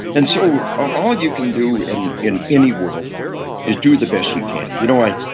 and so all you can do in in any world is do the best you can. you know what.